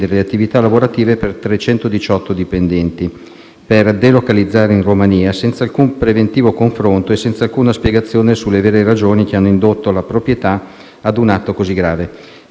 le attività lavorative per 318 dipendenti, per delocalizzare in Romania, senza alcun preventivo confronto e senza alcuna spiegazione sulle vere ragioni che hanno indotto la proprietà ad un atto così grave.